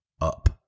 up